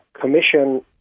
commission